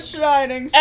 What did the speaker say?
Shining